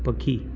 पखी